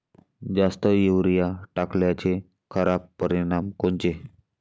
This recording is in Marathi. जास्त युरीया टाकल्याचे खराब परिनाम कोनचे?